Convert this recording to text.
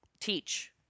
teach